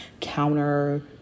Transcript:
counter